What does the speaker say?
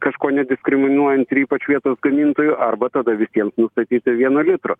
kažko nediskriminuojant ir ypač vietos gamintojų arba tada visiems nustatyti vieno litro